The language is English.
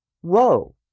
whoa